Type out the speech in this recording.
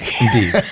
Indeed